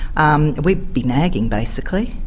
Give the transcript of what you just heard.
um we'd be nagging basically.